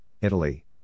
Italy